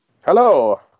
Hello